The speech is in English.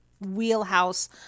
wheelhouse